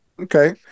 Okay